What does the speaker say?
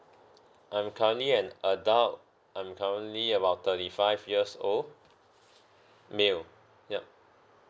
I'm currently an adult I'm currently about thirty five years old male yup